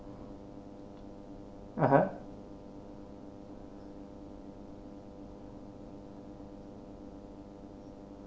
a'ah